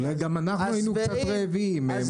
אולי גם אנחנו היינו קצת רעבים.